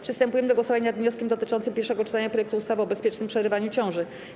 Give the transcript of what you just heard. Przystępujemy do głosowania nad wnioskiem dotyczącym pierwszego czytania projektu ustawy o bezpiecznym przerywaniu ciąży.